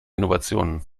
innovationen